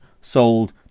sold